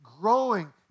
growing